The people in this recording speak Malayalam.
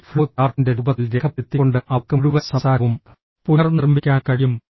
ഒരു ഫ്ലോ ചാർട്ടിൻറെ രൂപത്തിൽ രേഖപ്പെടുത്തിക്കൊണ്ട് അവർക്ക് മുഴുവൻ സംസാരവും പുനർനിർമ്മിക്കാൻ കഴിയും